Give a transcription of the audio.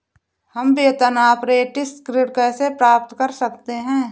हम वेतन अपरेंटिस ऋण कैसे प्राप्त कर सकते हैं?